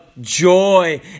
joy